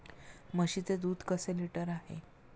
म्हशीचे दूध कसे लिटर आहे?